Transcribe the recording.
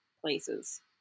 places